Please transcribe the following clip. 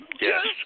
Yes